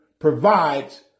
provides